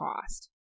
cost